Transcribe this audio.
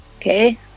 Okay